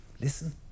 Listen